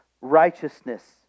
righteousness